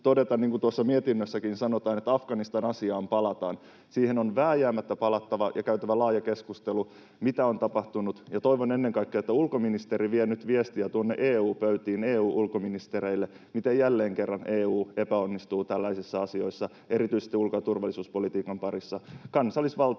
todeta, niin kuin tuossa mietinnössäkin sanotaan, että Afganistan-asiaan palataan. Siihen on vääjäämättä palattava ja käytävä laaja keskustelu, mitä on tapahtunut, ja toivon ennen kaikkea, että ulkoministeri vie nyt viestiä tuonne EU-pöytiin EU-ulkoministereille, miten jälleen kerran EU epäonnistuu tällaisissa asioissa erityisesti ulko‑ ja turvallisuuspolitiikan parissa. Kansallisvaltiot